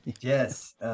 Yes